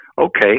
okay